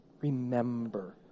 remember